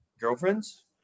girlfriends